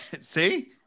See